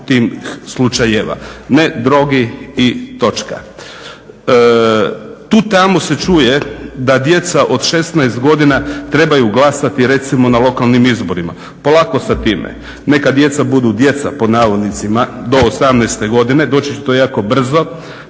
tih slučajeva. Ne drogi i točka. Tu i tamo se čuje da djeca od 16 godina trebaju glasati, recimo na lokalnim izborima, polako sa time, "neka djeca budu djeca" do 18 godine, doći će to jako brzo,